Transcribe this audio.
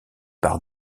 par